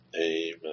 Amen